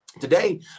Today